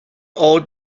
owed